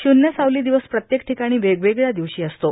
शून्य सावली दिवस प्रत्येक ठिकाणी वेगवेगळ्या दिवशी असतो